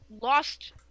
lost